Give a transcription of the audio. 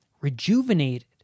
rejuvenated